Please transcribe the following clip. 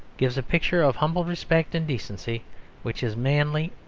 gives a picture of humble respect and decency which is manly,